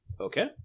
Okay